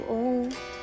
old